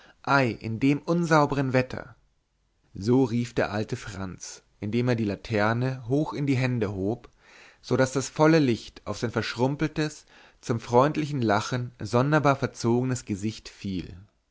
in dem unsaubern wetter so rief der alte franz indem er die laterne hoch in die hände hob so daß das volle licht auf sein verschrumpftes zum freundlichen lachen sonderbar verzogenes gesicht fiel